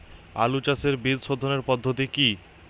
আলু চাষের বীজ সোধনের পদ্ধতি কি?